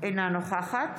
אינה נוכחת